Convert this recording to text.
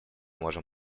можем